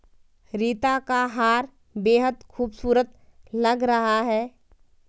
रीता का हार बेहद खूबसूरत लग रहा है